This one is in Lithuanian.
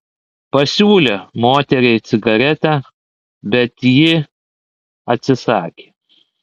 pasiūlė moteriai cigaretę bet ji atsisakė